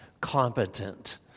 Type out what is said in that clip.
competent